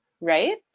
right